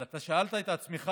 אבל אתה שאלת את עצמך,